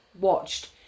watched